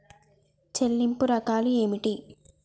చెల్లింపు రకాలు ఏమిటి?